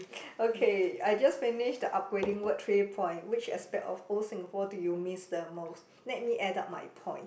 okay I just finished the upgrading word three point which aspect of old Singapore do you miss the most let me add up my point